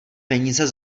peníze